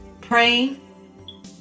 praying